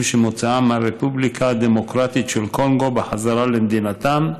שמוצאם ברפובליקה הדמוקרטית של קונגו בחזרה למדינתם,